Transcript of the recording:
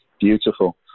Beautiful